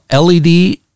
LED